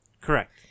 Correct